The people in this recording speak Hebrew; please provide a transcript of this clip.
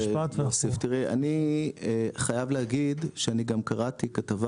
אני חייב להגיד שאני גם קראתי כתבה